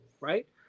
right